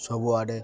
ସବୁଆଡ଼େ